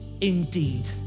indeed